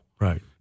Right